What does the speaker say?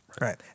Right